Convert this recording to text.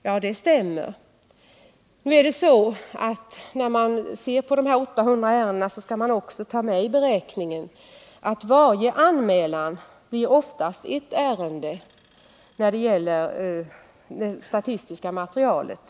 Ja, det stämmer. Men när man ser på dessa 800 ärenden skall man i beräkningen också ta med att varje anmälan oftast blir ett ärende i det statistiska materialet.